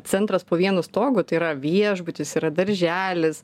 centras po vienu stogu tai yra viešbutis yra darželis